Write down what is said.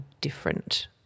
different